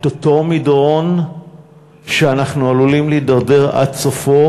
את אותו מדרון שאנחנו עלולים להידרדר עד סופו,